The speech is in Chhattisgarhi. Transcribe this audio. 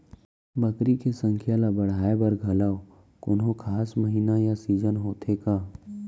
बकरी के संख्या ला बढ़ाए बर घलव कोनो खास महीना या सीजन होथे का?